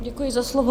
Děkuji za slovo.